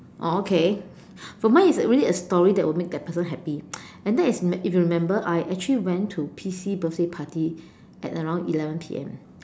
oh okay so mine is really a story that will make that person happy and that is if you remember I actually went to P_C birthday party at around eleven P_M